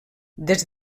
des